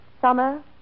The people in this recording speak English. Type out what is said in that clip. Summer